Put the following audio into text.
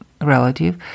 relative